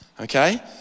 okay